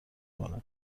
کنه